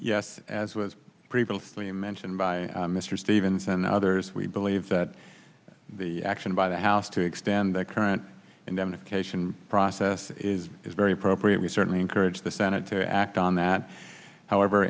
yes as was previously mentioned by mr stevens and others we believe that the action by the house to expand the current indemnification process is very appropriate we certainly encourage the senate to act on that however